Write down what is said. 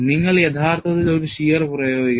നിങ്ങൾ യഥാർത്ഥത്തിൽ ഒരു shear പ്രയോഗിക്കുന്നു